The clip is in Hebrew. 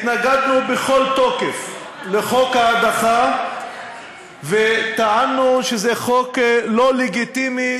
התנגדנו בכל תוקף לחוק ההדחה וטענו שזה חוק לא לגיטימי,